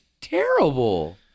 terrible